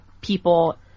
people